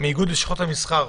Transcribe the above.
איגוד לשכות המסחר.